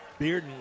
Bearden